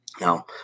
Now